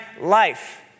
life